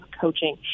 coaching